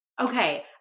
Okay